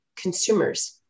consumers